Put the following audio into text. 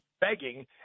begging